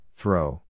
throw